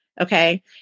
Okay